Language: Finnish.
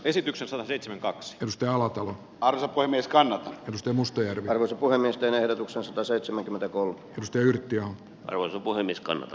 esityksessä seitsemän kaksi piste nolla tdi arto kuin niskaan ja mustonen voimistelee tucson sataseitsemänkymmentä kolttosten yritti olla puhemies kannata